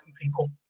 people